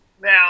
now